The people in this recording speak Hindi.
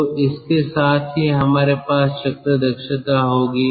तो इसके साथ ही हमारे पास चक्र दक्षता होगी